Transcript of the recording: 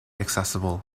accessible